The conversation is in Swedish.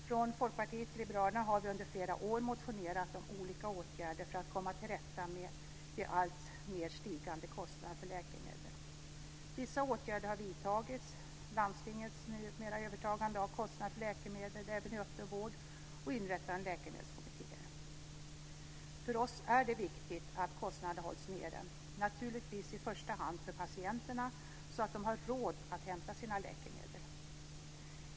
Från Folkpartiet liberalerna har vi under flera år motionerat om olika åtgärder för att komma till rätta med de alltmer stigande kostnaderna för läkemedel. Vissa åtgärder har vidtagits, t.ex. landstingets övertagande av kostnaderna för läkemedel även i öppenvård och inrättandet av läkemedelskommittéer. För oss är det viktigt att kostnaderna hålls nere, naturligtvis i första hand för patienterna så att de har råd att hämta sina läkemedel.